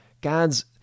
God's